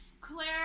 Claire